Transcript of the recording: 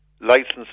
licensed